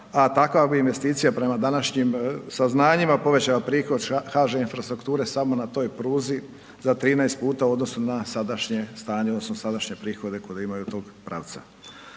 a takva bi investicija, prema današnjim saznanjima, povećao prihod HŽ Infrastrukturi, samo na toj pruzi za 13 puta u odnosu na sadašnje stanje odnosno sadašnje prihode koje imaju od tog pravca.